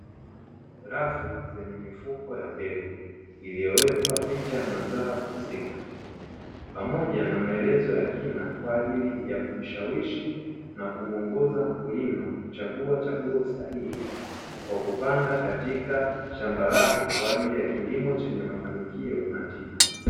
Rafu zenye mifuko ya mbegu iliyowekwa picha ya mazao husika pamoja na maelezo ya kina kwa ajili ya kumshawishi na kumuongoza mkulima kuchagua chaguo sahihi, kwa kupanda katika shamba lake kwa ajili ya kilimo chenye mafanikio na tija.